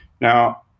Now